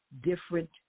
different